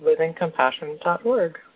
livingcompassion.org